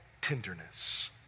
tenderness